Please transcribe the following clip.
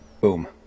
Boom